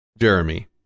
Jeremy